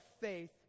faith